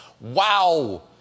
Wow